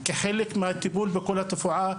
כחלק מהטיפול בכל התופעה,